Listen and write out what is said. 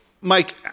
Mike